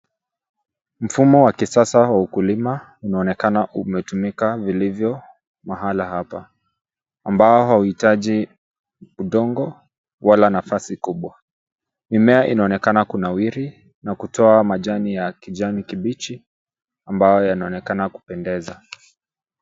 Mfumo wa kisasa wa ukulima unaonekana umetumika vilivyo mahala hapa, ambao hauhitaji udongo wala nafasi kubwa. Mimea inaonekana kunawiri na kutoa majani ya kijani kibichi, ambayo yanaonekana kupendeza.